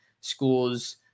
schools